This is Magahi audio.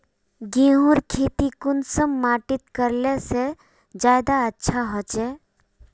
गेहूँर खेती कुंसम माटित करले से ज्यादा अच्छा हाचे?